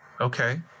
Okay